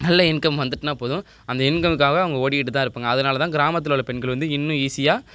நல்ல இன்கம் வந்துட்டுனா போதும் அந்த இன்கம்காக அவங்க ஓடிக்கிட்டு தான் இருப்பாங்க அதனால தான் கிராமத்தில் உள்ள பெண்கள் வந்து இன்னும் ஈஸியாக